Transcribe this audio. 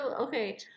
Okay